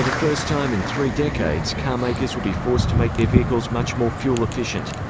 first time in three decades, car makers will be forced to make their vehicles much more fuel-efficient.